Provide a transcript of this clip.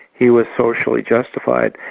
he was socially justified',